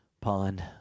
pond